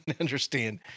understand